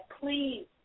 please